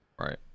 Right